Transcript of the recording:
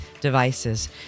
Devices